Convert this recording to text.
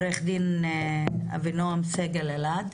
עו"ד אבינועם סגל-אלעד.